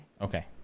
Okay